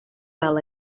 well